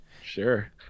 Sure